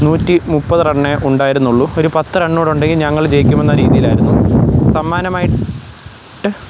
നൂറ്റി മുപ്പത് റണ്ണേ ഉണ്ടായിരുന്നുള്ളൂ ഒരു പത്ത് റണ്ണും കൂടെ ഉണ്ടെങ്കിൽ ഞങ്ങൾ ജയിക്കും എന്ന രീതിയിലായിരുന്നു സമ്മാനമായിട്ട്